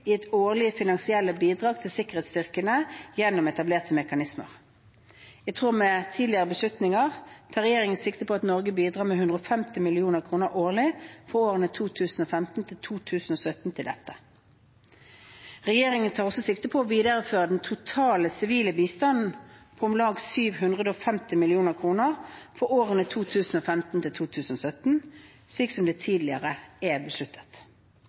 finansielle bidrag til sikkerhetsstyrkene gjennom etablerte mekanismer. I tråd med tidligere beslutninger tar regjeringen sikte på at Norge bidrar med 150 mill. kr årlig for årene 2015–2017 til dette. Regjeringen tar også sikte på å videreføre den totale sivile bistanden på om lag 750 mill. kr for årene 2015–2017, slik som det tidligere er besluttet.